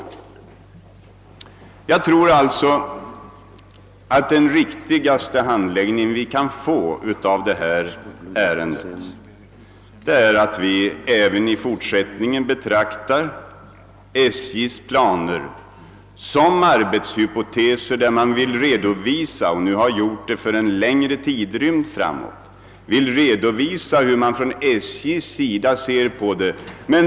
Jag tror alltså att den riktigaste handläggning av detta ärende vi kan få är att vi även i fortsättningen betraktar SJ:s planer som arbetshypoteser, genom vilka man för en längre tidrymd — såsom man nu har gjort — vill redovisa hur man inom SJ ser på utvecklingen.